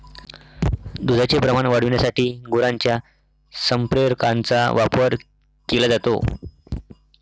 दुधाचे प्रमाण वाढविण्यासाठी गुरांच्या संप्रेरकांचा वापर केला जातो